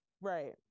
right